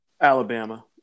Alabama